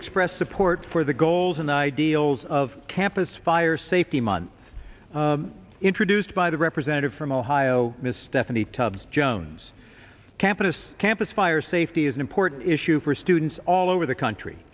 express support for the goals and ideals of campus fire safety month introduced by the representative from ohio ms stephanie tubbs jones campus campus fire safety is an important issue for students all over the country